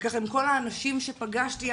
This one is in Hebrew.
ועם כל האנשים שפגשתי,